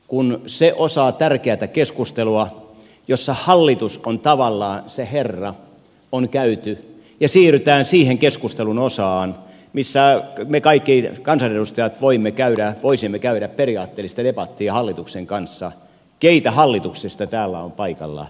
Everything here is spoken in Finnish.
kun se osa tärkeätä keskustelua jossa hallitus on tavallaan se herra on käyty ja siirrytään siihen keskustelun osaan missä me kaikki kansanedustajat voisimme käydä periaatteellista debattia hallituksen kanssa niin keitä hallituksesta täällä on paikalla